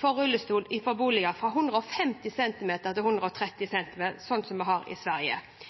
for rullestol i boliger fra 150 cm til 130 cm, slik det er i Sverige. Det kan godt være at det ikke virker i Sverige,